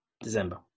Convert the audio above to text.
december